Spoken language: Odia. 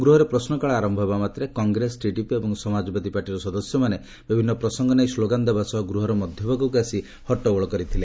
ଗୃହରେ ପ୍ରଶ୍ମକାଳ ଆରମ୍ଭ ହେବାମାତ୍ରେ କଂଗ୍ରେସ ଟିଡିପି ଏବଂ ସମାଜବାଦୀ ପାର୍ଟିର ସଦସ୍ୟମାନେ ବିଭିନ୍ନ ପ୍ରସଙ୍ଗ ନେଇ ସ୍କୋଗାନ୍ ଦେବା ସହ ଗୃହର ମଧ୍ୟଭାଗକୁ ଆସି ହଟ୍ଟଗୋଳ କରିଥିଲେ